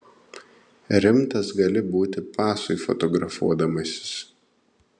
rimtas gali būti pasui fotografuodamasis